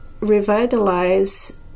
revitalize